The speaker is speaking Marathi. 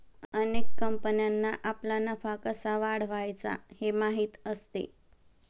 अनेक कंपन्यांना आपला नफा कसा वाढवायचा हे माहीत असते